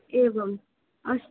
एवम् अस्तु